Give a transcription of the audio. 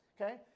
okay